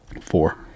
Four